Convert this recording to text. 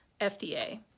FDA